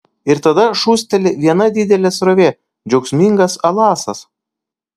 ir tada šūsteli viena didelė srovė džiaugsmingas alasas